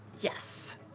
Yes